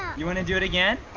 um you wanna do it again?